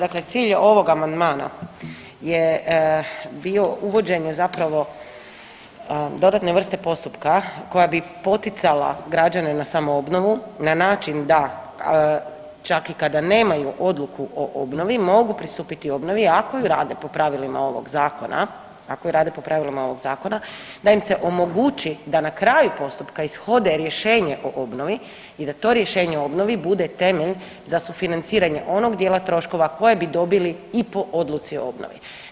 Dakle, cilj ovog amandmana je bio uvođenje zapravo dodatne vrste postupka koja bi poticala građane na samoobnovu na način da čak i kada nemaju odluku o obnovi mogu pristupiti obnovi ako ju rade po pravilima ovog zakona, ako je rade po pravilima ovog zakona da im se omogući da na kraju postupka ishode rješenje o obnovi i da to rješenje o obnovi bude temelj za sufinanciranje onog dijela troškova koje bi dobili i po odluci o obnovi.